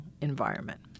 environment